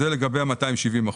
זה לגבי ה-270 אחוזים.